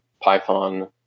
Python